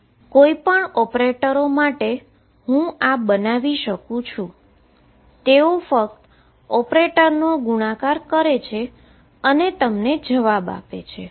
હું કોઈ પણ માટે ઓપરેટરો બનાવી શકું છું જે ફક્ત ઓપરેટરોનો ગુણાકાર કરે છે અને તમને જવાબ આપે છે